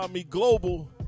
Global